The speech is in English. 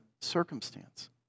circumstance